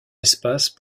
espace